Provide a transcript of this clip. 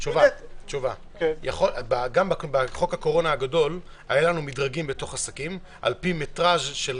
גם בחוק הקורונה הגדול היו לנו מדרגים בעסקים על פי מטרז'.